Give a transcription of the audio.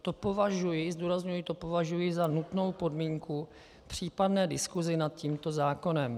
To považuji, zdůrazňuji, to považuji za nutnou podmínku k případné diskusi nad tímto zákonem.